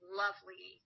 lovely